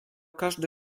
każdy